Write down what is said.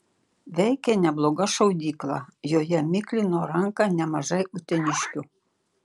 veikė nebloga šaudykla joje miklino ranką nemažai uteniškių